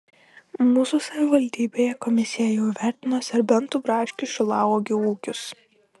mūsų savivaldybėje komisija jau įvertino serbentų braškių šilauogių ūkius